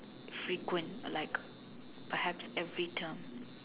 frequent like perhaps every term